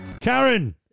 Karen